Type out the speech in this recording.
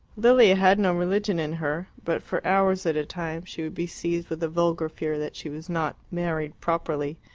lilia had no religion in her but for hours at a time she would be seized with a vulgar fear that she was not married properly,